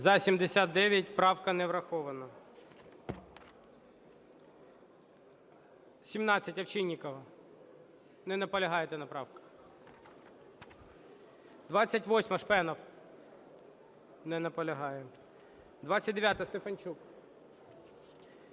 За-79 Правка не врахована. 17-а, Овчинникова. Не наполягаєте на правках. 28-а, Шпенов. Не наполягає. 29-а, Стефанчук.